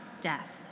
death